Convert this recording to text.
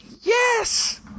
Yes